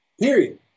period